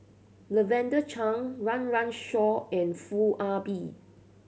Lavender Chang Run Run Shaw and Foo Ah Bee